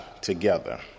together